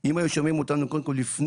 אם היו שומעים אותנו לפני,